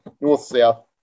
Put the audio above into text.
north-south